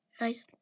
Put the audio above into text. Nice